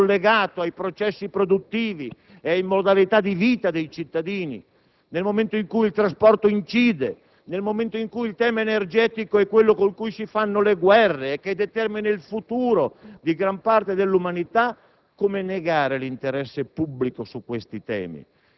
nel momento in cui il progresso scientifico va rapidamente collegato ai processi produttivi ed alle modalità di vita dei cittadini, nel momento in cui il trasporto incide, nel momento in cui il tema energetico è quello su cui si fanno le guerre e che determina il futuro di gran parte dell'umanità,